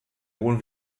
hohen